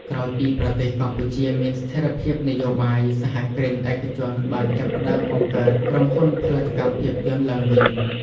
ក្រោយពីប្រទេសកម្ពុជាមានស្ថិរភាពនយោបាយ សហគ្រិនឯកជនបានចាប់ផ្តើមបង្កើត ក្រុមហ៊ុនផលិតកម្មភាពយន្ត ឡើងវិញ។